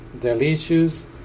delicious